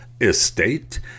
estate